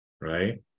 right